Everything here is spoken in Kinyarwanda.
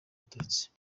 abatutsi